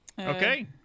Okay